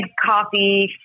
coffee